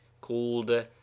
called